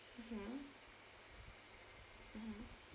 mmhmm mmhmm